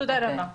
תודה רבה.